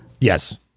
Yes